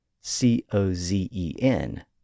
C-O-Z-E-N